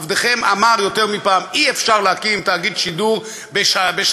עבדכם אמר יותר מפעם: אי-אפשר להקים תאגיד שידור בשנה,